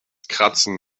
kratzen